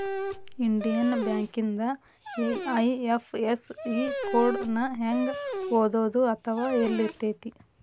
Indian ಬ್ಯಾಂಕಿಂದ IFSE code ನ ಹೆಂಗ ಓದೋದು ಅಥವಾ ಯೆಲ್ಲಿರ್ತೆತಿ?